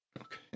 Okay